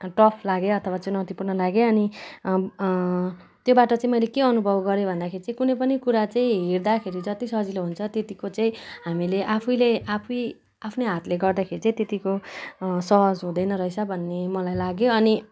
tough लाग्यो अथवा चुनौतीपूर्ण लाग्यो अनि त्योबाट चाहिँ मैले के अनुभव गरेँ भन्दाखेरि चाहिँ कुनै पनि कुरा चाहिँ हेर्दाखेरि जति सजिलो हुन्छ त्यतिको चाहिँ हामीले आफैले आफै आफ्नै हातले गर्दाखेरि त्यतिको सहज हुँदैन रहेछ भन्ने मलाई लाग्यो अनि